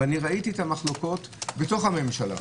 וראיתי את המחלוקות בממשלה